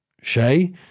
Shay